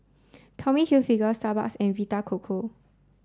Tommy Hilfiger Starbucks and Vita Coco